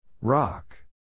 Rock